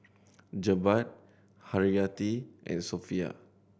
Jebat Haryati and Sofea